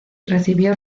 recibió